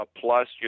plus